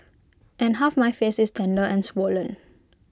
and half my face is tender and swollen